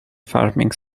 farming